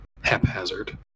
haphazard